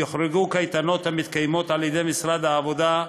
יוחרגו קייטנות המתקיימות על-ידי משרד העבודה,